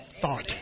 thought